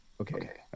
Okay